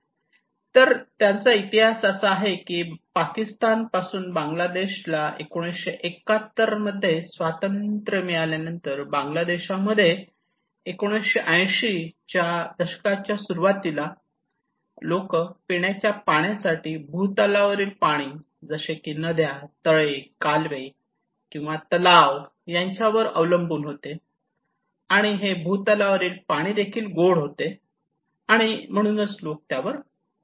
तर त्यांचा इतिहास असा आहे की पाकिस्तान पासून बांगलादेशाला 1971 मध्ये स्वातंत्र्य मिळाल्यानंतर बांगलादेशामध्ये 1980 या दशकाच्या सुरुवातीला तेथील लोक पिण्याच्या पाण्यासाठी भूतलावरील पाणी जसे की नद्या तळे कालवे किंवा तलाव यावर अवलंबून होते आणि हे भूतलावरील पाणीदेखील गोड पाणी होते आणि लोक त्यावर अवलंबून होते